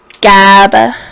Gab